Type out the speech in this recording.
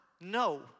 No